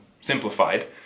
simplified